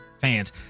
fans